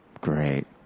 Great